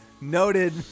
Noted